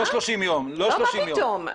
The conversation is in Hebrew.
מה פתאום?